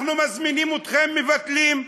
אנחנו מזמינים אתכם, ומבטלים.